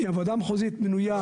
כי הוועדה המחוזית מנויה,